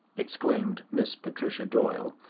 exclaimed miss patricia doyle,